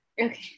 Okay